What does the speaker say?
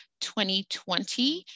2020